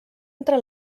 entre